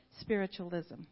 spiritualism